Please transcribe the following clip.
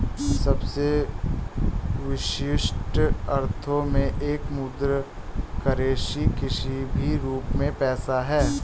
सबसे विशिष्ट अर्थों में एक मुद्रा करेंसी किसी भी रूप में पैसा है